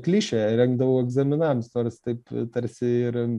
klišė rengdavau egzaminams nors taip tarsi ir